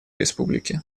республики